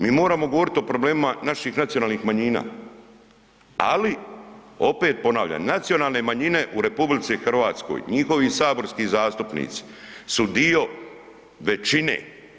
Mi moramo govorit o problemima naših nacionalnih manjina ali opet ponavljam, nacionalne manjine u RH, njihovi saborski zastupnici su dio većine.